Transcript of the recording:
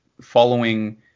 following